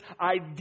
idea